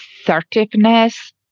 assertiveness